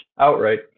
outright